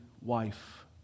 Wife